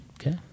Okay